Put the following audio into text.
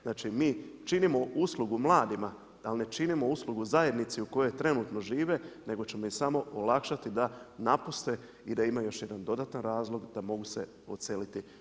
Znači mi činimo uslugu mladima, ali ne činimo uslugu zajednici u kojoj trenutno žive nego ćemo im samo olakšati da napuste i da imaju još jedan dodatan razlog da se mogu odseliti.